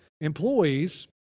employees